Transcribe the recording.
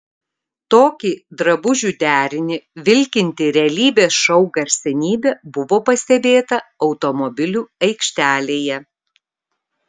tokį drabužių derinį vilkinti realybės šou garsenybė buvo pastebėta automobilių aikštelėje